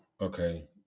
Okay